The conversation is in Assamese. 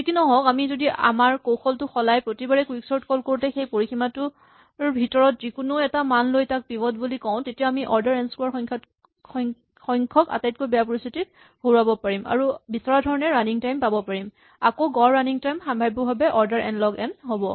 যি কি নহওঁক আমি যদি আমাৰ কৌশলটো সলাই প্ৰতিবাৰে কুইকচৰ্ট কল কৰোঁতে সেই পৰিসীমাটোৰ ভিতৰত যিকোনো এটা মান লৈ তাক পিভট বুলি কওঁ তেতিয়া আমি অৰ্ডাৰ এন স্কোৱাৰ্ড সংখ্যক আটাইতকৈ বেয়া পৰিস্হিতিক হৰুৱাব পাৰিম আৰু বিচৰা ধৰণে ৰানিং টাইম পাব পাৰিম আকৌ গড় ৰানিং টাইম সাম্ভাৱ্যভাৱে অৰ্ডাৰ এন লগ এন হ'ব